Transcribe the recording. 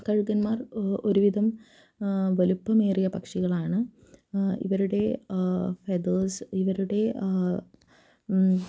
കഴുകന്മാർ ഒരുവിധം വലിപ്പമേറിയ പക്ഷികളാണ് ഇവരുടെ ഫെദേഴ്സ്